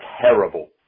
terrible